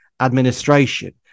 administration